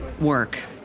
work